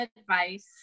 advice